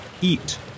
eat